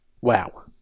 Wow